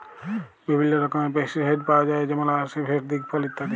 বিভিল্ল্য রকমের পেস্টিসাইড পাউয়া যায় যেমল আসিফেট, দিগফল ইত্যাদি